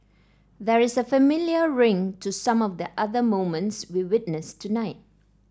there is a familiar ring to some of the other moments we witnessed tonight